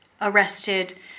arrested